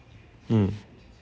mm